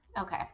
okay